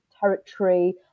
territory